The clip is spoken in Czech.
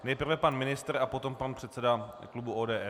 Nejprve pan ministr a potom pan předseda klubu ODS.